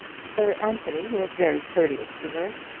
sir anthony was very courteous to her,